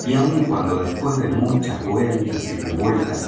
y aun cuando después de muchas vueltas y revueltas